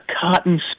cotton